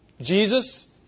Jesus